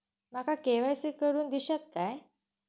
माका के.वाय.सी करून दिश्यात काय?